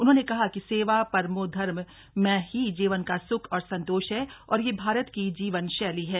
उन्होंने कहा कि सेवा परमो धर्म में ही जीवन का सुख और संतोष है और ये भारत की जीवन शैली है